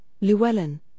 Llewellyn